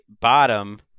bottom –